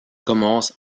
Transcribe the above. commence